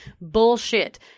Bullshit